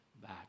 back